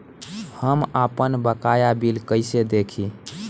हम आपनबकाया बिल कइसे देखि?